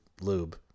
lube